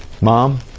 Mom